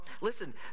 Listen